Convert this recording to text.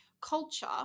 culture